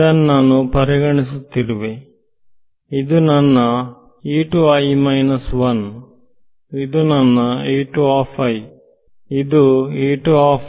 ಇದನ್ನು ನಾನು ಪರಿಗಣಿಸುತ್ತಿರುವೆ ಇದು ನನ್ನ ಇದು ನನ್ನ ಇದು ನನ್ನ